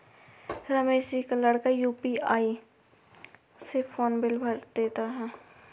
रमेश जी का लड़का यू.पी.आई से फोन बिल भर देता है